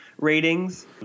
ratings